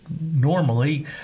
normally